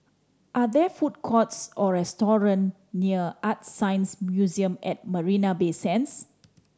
are there food courts or restaurant near ArtScience Museum at Marina Bay Sands